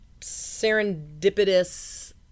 serendipitous